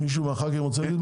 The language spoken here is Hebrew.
מישהו מהח"כים רוצה להגיד משהו?